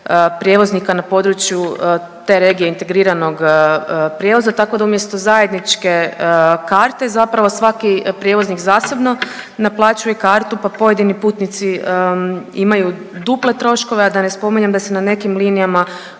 prijevoznika na području te regije integriranog prijevoza. Tako da umjesto zajedničke karte zapravo svaki prijevoznik zasebno naplaćuje kartu, pa pojedini putnici imaju duple troškove, a da ne spominjem da se na nekim linijama